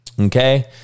Okay